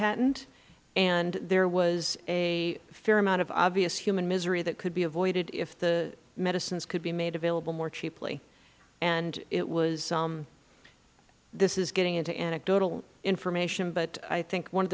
patent and there was a fair amount of obvious human misery that could be avoided if the medicines could be made available more cheaply and it was this is getting into anecdotal information but i think one of